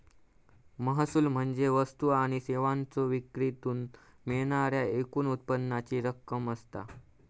महसूल म्हणजे वस्तू आणि सेवांच्यो विक्रीतसून मिळणाऱ्या एकूण उत्पन्नाची रक्कम असता